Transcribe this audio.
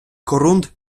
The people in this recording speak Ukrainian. корунд